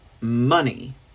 money